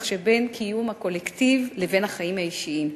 שבין קיום הקולקטיב לבין החיים האישיים.